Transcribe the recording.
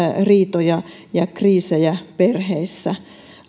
riitoja ja kriisejä perheissä